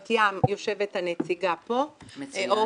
בבת ים יושבת הנציגה פה, עופרה,